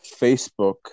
Facebook